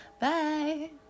Bye